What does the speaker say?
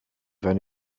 wenn